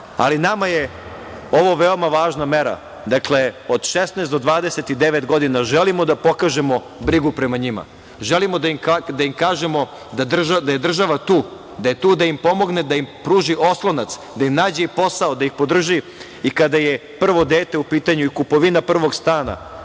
Ali nama je ovo veoma važna mera, dakle, od 16 do 29 godina, želimo da pokažemo brigu prema njima. Želimo da im kažemo da je država tu, da je tu da im pomogne, da im pruži oslonac, da im nađe i posao, da ih podrži i kada je prvo dete u pitanju i kupovina prvog stana,